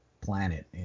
planet